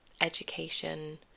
education